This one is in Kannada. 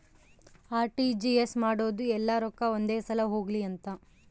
ಅರ್.ಟಿ.ಜಿ.ಎಸ್ ಮಾಡೋದು ಯೆಲ್ಲ ರೊಕ್ಕ ಒಂದೆ ಸಲ ಹೊಗ್ಲಿ ಅಂತ